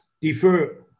defer